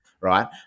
right